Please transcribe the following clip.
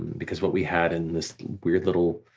because what we had in this weird little